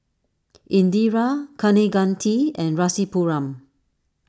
Indira Kaneganti and Rasipuram